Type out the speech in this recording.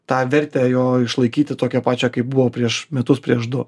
tą vertę jo išlaikyti tokią pačią kaip buvo prieš metus prieš du